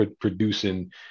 producing